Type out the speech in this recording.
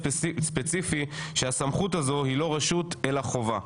ספציפי שהסמכות הזאת היא לא רשות אלא חובה.